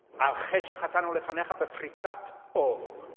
al chet she'chatanu lefanecha bi'frikat ol